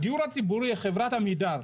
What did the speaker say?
הדיור הציבורי, חברת עמידר,